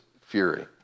fury